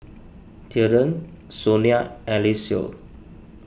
Tilden Sonia and Eliseo